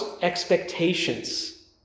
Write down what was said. expectations